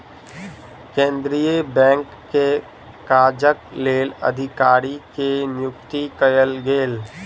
केंद्रीय बैंक के काजक लेल अधिकारी के नियुक्ति कयल गेल